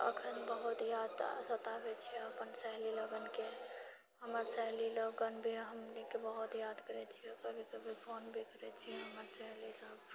अखन बहुत याद सताबै छै अपन सहेली लोगनके हमर सहेली लोगनभी हमनिके बहुत याद करैत छियै कभी कभी फोन भी करैत छियै हमर सहेलीसभ